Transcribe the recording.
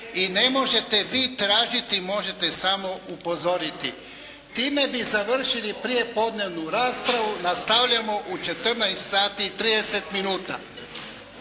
i ne možete vi tražiti, možete samo upozoriti. Time bi završili prijepodnevnu raspravu. Nastavljamo u 14,30 sati.